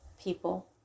people